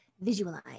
visualize